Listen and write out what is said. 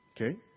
Okay